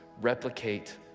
replicate